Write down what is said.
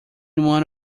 one